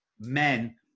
Men